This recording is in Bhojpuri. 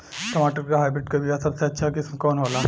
टमाटर के हाइब्रिड क बीया सबसे अच्छा किस्म कवन होला?